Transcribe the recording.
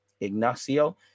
Ignacio